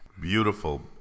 Beautiful